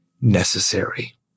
necessary